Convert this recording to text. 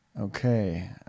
okay